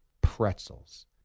pretzels